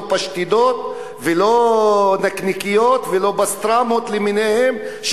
פשטידות ולא נקניקיות ולא פסטרמות למיניהן,